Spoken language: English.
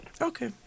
Okay